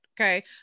okay